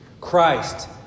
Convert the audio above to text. Christ